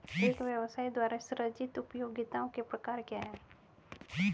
एक व्यवसाय द्वारा सृजित उपयोगिताओं के प्रकार क्या हैं?